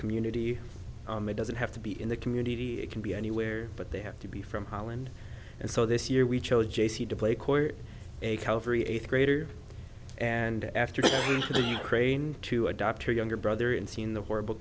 community it doesn't have to be in the community it can be anywhere but they have to be from holland and so this year we chose j c to play coy calvary eighth grader and after the ukraine to adopt her younger brother and seen the horrible